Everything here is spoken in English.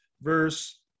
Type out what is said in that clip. verse